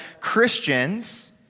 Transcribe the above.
Christians